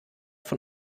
von